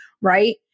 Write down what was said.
right